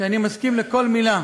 שאני מסכים לכל מילה